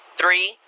three